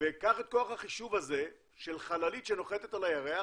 וקח את כוח החישוב הזה של חללית שנוחתת על הירח,